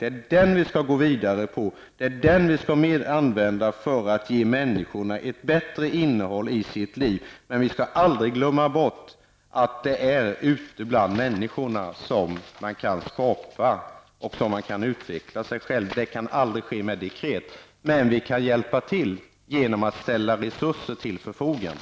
Denna grund skall vi gå vidare på och använda oss av för att erbjuda människorna ett bättre innehåll i deras liv. Vi skall aldrig glömma att det är ute bland människorna som man kan skapa och som man kan utveckla sig själv. Detta kan aldrig ske genom dekret, men vi kan hjälpa till genom att ställa resurser till förfogande.